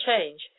change